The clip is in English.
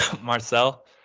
Marcel